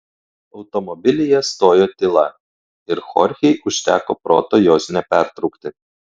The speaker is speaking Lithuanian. automobilyje stojo tyla ir chorchei užteko proto jos nepertraukti